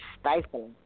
stifling